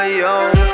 young